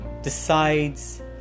decides